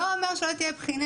לא אומר שלא תהיה בחינה